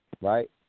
right